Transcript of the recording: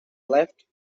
left